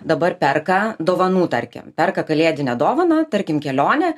dabar perka dovanų tarkim perka kalėdinę dovaną tarkim kelionę